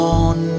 on